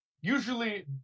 usually